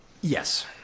Yes